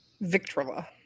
Victrola